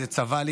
זה צבע לי,